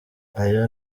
ayo